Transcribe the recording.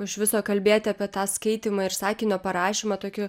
iš viso kalbėti apie tą skaitymą ir sakinio parašymą tokių